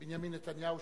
בנימין נתניהו,